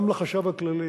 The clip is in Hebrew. גם לחשב הכללי